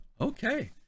Okay